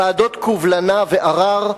ועדות קובלנה וערר,